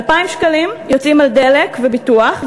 2,000 שקלים יוצאים על דלק וביטוח,